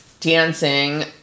dancing